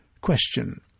Question